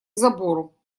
забору